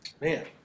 Man